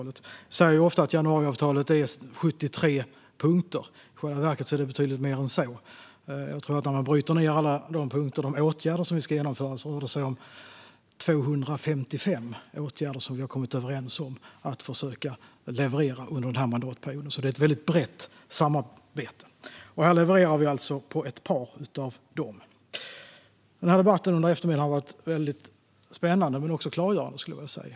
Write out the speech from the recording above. Det sägs ofta att januariavtalet består av 73 punkter, men i själva verket är det betydligt mer än så. När man bryter ned alla punkterna i åtgärder som ska vidtas tror jag att det rör sig om 255 åtgärder som vi har kommit överens om att försöka leverera under den här mandatperioden. Det är med andra ord ett väldigt brett samarbete, och här levererar vi alltså på ett par av punkterna. Debatten här under eftermiddagen har varit spännande - men också klargörande, skulle jag vilja säga.